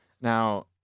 Now